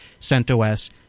CentOS